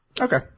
Okay